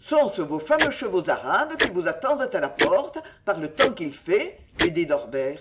sont-ce vos fameux chevaux arabes qui vous attendent à la porte par le temps qu'il fait lui dit norbert